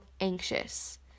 anxious